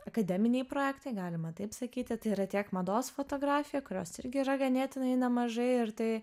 akademiniai projektai galima taip sakyti tai yra tiek mados fotografija kurios irgi yra ganėtinai nemažai ir tai